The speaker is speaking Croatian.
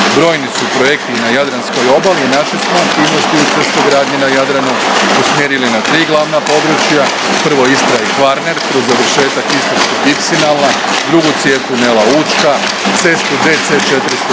Brojni su projekti i na Jadranskoj obali i naše smo aktivnosti u cestogradnji na Jadranu usmjerili na tri glavna područja. Prvo, Istra i Kvarner kroz završetak istarskog ipsilona, drugu cijev tunela Učka, ceste DC403